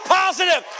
positive